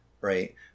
right